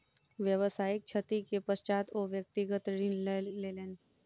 व्यावसायिक क्षति के पश्चात ओ व्यक्तिगत ऋण लय लेलैन